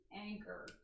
Anchor